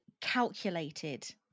calculated